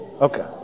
Okay